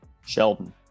Sheldon